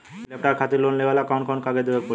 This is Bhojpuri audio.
लैपटाप खातिर लोन लेवे ला कौन कौन कागज देवे के पड़ी?